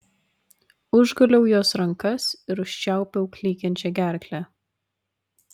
užguliau jos rankas ir užčiaupiau klykiančią gerklę